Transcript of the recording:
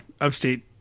upstate